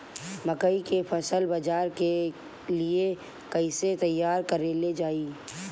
मकई के फसल बाजार के लिए कइसे तैयार कईले जाए?